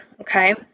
okay